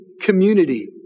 community